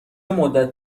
مدت